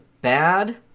bad